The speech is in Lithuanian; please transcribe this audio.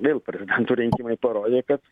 vėl prezidento rinkimai parodė kad